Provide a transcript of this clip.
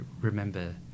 remember